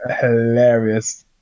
hilarious